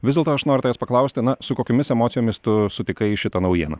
vis dėlto aš noriu tavęs paklausti na su kokiomis emocijomis tu sutikai šitą naujieną